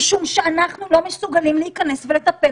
משום שאנחנו לא מסוגלים להיכנס ולטפל